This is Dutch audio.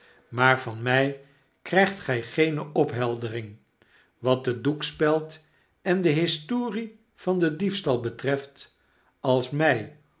maar van mij krijgt gij geene opheldering wat de doekspeld en de historie van den diefstal betreffc als mij